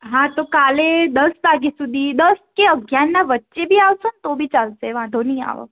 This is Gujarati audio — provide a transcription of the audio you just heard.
હા તો કાલે દસ વાગ્યા સુધી દસ કે અગ્યારના વચ્ચે બી આવશો ને તો બી ચાલશે વાંધો નહીં આવે